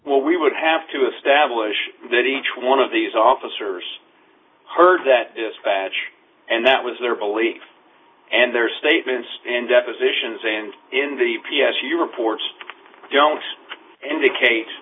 what we would have to establish that each one of these officers heard that badge and that was their belief and their statements and depositions and in the p s u reports don't indicate